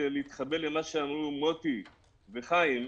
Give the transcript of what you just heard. להתחבר אל מה שאמרו מרדכי כהן וחיים ביבס,